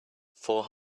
four